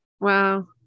Wow